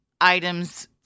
items